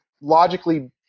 logically